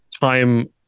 time